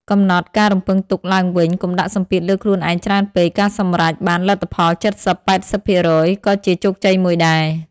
កំណត់ការរំពឹងទុកឡើងវិញ កុំដាក់សម្ពាធលើខ្លួនឯងច្រើនពេក។ ការសម្រេចបានលទ្ធផល ៧០-៨០% ក៏ជាជោគជ័យមួយដែរ។